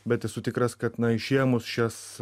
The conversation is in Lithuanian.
bet esu tikras kad na išėmus šias